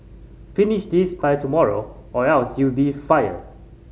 finish this by tomorrow or else you'll be fired